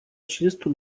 trzydziestu